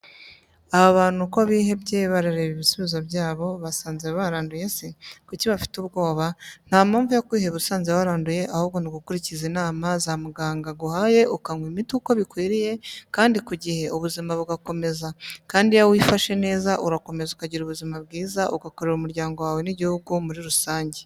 Aba bantu kobihebye bareba ibisubizo byabo basanze baranduye se kuki bafite ubwoba ntampamvu yokwiheba usanze waranduye ahubwo nugukuriza inama zamuganga aguhaye ukannywa imiti uko bikwriye kandi kugihe ubuzima bugakomeza kandi iyo wifashe neza urakomeza ukagira ubuzima bwiza ugakorera umuryango wawe nigihugu muri rusange.